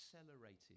accelerated